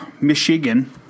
Michigan